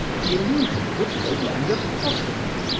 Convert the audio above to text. the illusion was no longer possible!